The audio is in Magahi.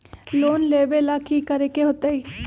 लोन लेवेला की करेके होतई?